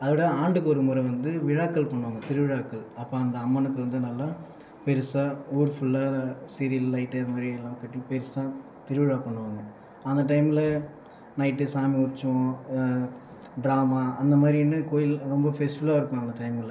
அதோடு ஆண்டுக்கு ஒரு முறை வந்து விழாக்கள் பண்ணுவாங்கள் திருவிழாக்கள் அப்போது அந்த அம்மன்க்கு வந்து நல்லா பெருசாக ஊர் ஃபுல்லா சீரியல் லைட் இது மாதிரி எல்லாம் கட்டி பெரிசாக திருவிழா பண்ணுவாங்கள் அந்த டைம்மில் நைட்டு சாமி உற்சவம் ட்ராமா அந்த மாதிரினு கோவில் ரொம்ப ஃபெஸ்டிவல்லில் இருக்கும் அந்த டைம்மில்